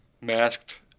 masked